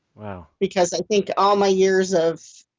wow. because i think all my years of,